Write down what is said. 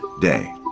day